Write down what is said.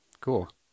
Cool